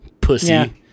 pussy